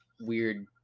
weird